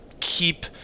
keep